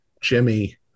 Jimmy